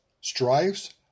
strifes